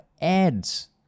ads